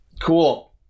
Cool